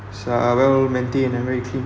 is uh well maintain and very clean